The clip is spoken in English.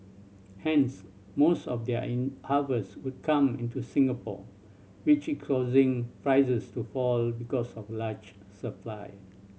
hence most of their in harvest would come into Singapore which is causing prices to fall because of the large supply